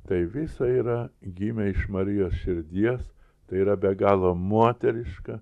tai visa yra gimę iš marijos širdies tai yra be galo moteriška